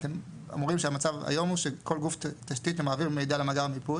ואתם אומרים שהמצב היום הוא שכל גוף תשתית מעביר מידע למאגר המיפוי